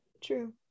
true